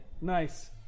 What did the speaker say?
Nice